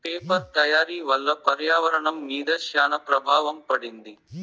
paper తయారీ వల్ల పర్యావరణం మీద శ్యాన ప్రభావం పడింది